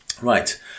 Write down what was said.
Right